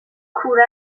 کوره